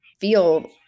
feel